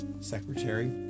secretary